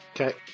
Okay